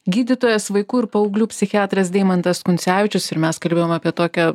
gydytojas vaikų ir paauglių psichiatras deimantas kuncevičius ir mes kalbėjom apie tokią